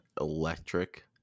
electric